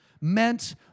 meant